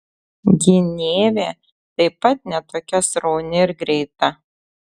gynėvė taip pat ne tokia srauni ir greita